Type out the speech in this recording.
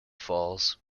falls